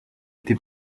été